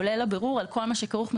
כולל הבירור עם כל מה שכרוך בכך.